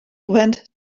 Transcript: went